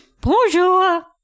bonjour